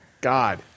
God